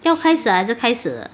要开始还是开始了